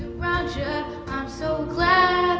roger i'm so glad